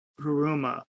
Haruma